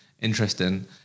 interesting